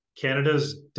Canada's